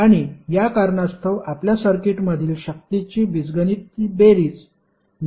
आणि या कारणास्तव आपल्या सर्किटमधील शक्तीची बीजगणित बेरीज नेहमीच 0 असेल